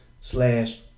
slash